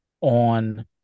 on